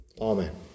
Amen